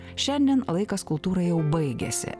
šiandien laikas kultūrai jau baigėsi